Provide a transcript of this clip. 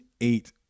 eight